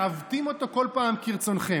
מעוותים אותו כל פעם כרצונכם.